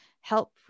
help